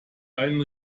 einen